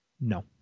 No